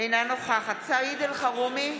אינה נוכחת סעיד אלחרומי,